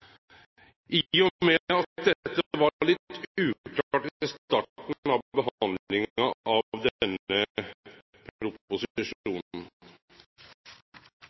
med at dette var litt uklart i starten av behandlinga av denne proposisjonen. Denne